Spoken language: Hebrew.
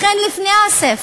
לכן, לפני הספר,